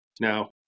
Now